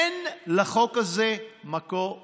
אין לחוק הזה מקור תקציבי.